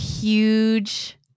huge